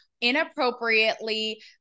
inappropriately